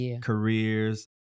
careers